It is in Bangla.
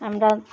আমরা